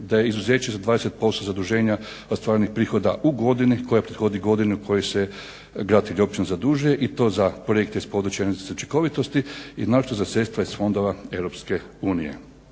da je izuzeće za 20% zaduženja ostvarenih prihoda u godini koja prethodi godini u kojoj se grad ili općina zadužuje i to za projekte iz područja energetske učinkovitosti i naročito za sredstva iz fondova Europske unije.